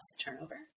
turnover